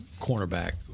cornerback